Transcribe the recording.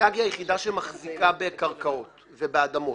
רט"ג היא היחידה שמחזיקה בקרקעות ובאדמות.